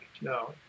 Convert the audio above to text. No